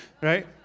right